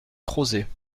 crozet